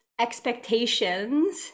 expectations